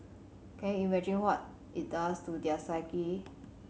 can you imagine what it does to their psyche